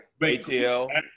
ATL